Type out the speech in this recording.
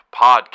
Podcast